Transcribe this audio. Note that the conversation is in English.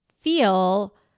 feel